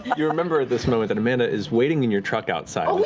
you remember at this moment that amanda is waiting in your truck outside.